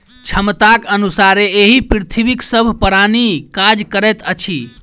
क्षमताक अनुसारे एहि पृथ्वीक सभ प्राणी काज करैत अछि